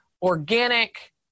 organic